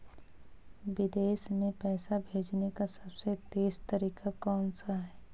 विदेश में पैसा भेजने का सबसे तेज़ तरीका कौनसा है?